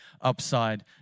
upside